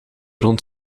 rond